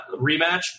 rematch